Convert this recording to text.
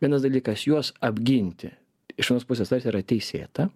vienas dalykas juos apginti iš vienos pusės tarsi yra teisėta